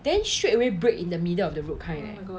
then straight away brake in the middle of the road kind eh